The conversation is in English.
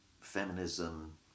feminism